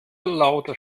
lauter